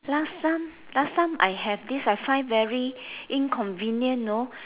last time last time I have this I find very inconvenient know